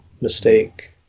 mistake